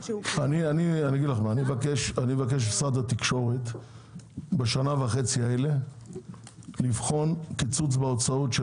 אני מבקש ממשרד התקשורת בשנה וחצי האלה לבחון קיצוץ בהוצאות של